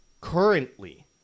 currently